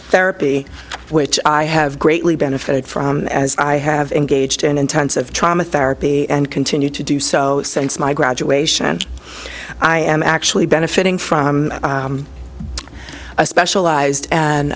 therapy which i have greatly benefited from as i have engaged in intensive trauma therapy and continue to do so since my graduation and i am actually benefiting from a specialized